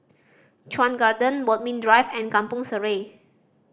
Chuan Garden Bodmin Drive and Kampong Sireh